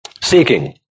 Seeking